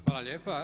Hvala lijepa.